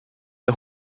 der